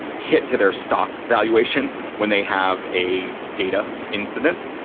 hit to their stock valuation when they have a data incident.